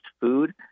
food